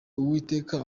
uwiteka